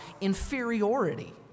inferiority